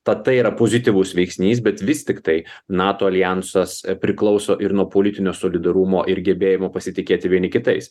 tatai yra pozityvus veiksnys bet vis tiktai nato aljansas priklauso ir nuo politinio solidarumo ir gebėjimo pasitikėti vieni kitais